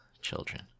children